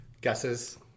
Guesses